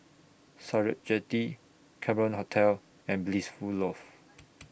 Sakra Jetty Cameron Hotel and Blissful Loft